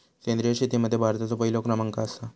सेंद्रिय शेतीमध्ये भारताचो पहिलो क्रमांक आसा